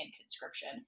conscription